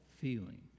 feeling